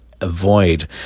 Avoid